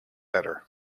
better